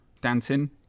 dancing